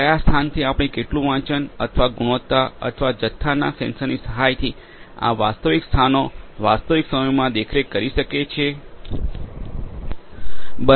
કયા સ્થાનથી આપણે કેટલું વાંચન અથવા ગુણવત્તા અથવા જથ્થાના સેન્સરની સહાયથી આ વાસ્તવિક સ્થાનો વાસ્તવિક સમયમાં દેખરેખ કરી શકીએ છીએ